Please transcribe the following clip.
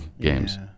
games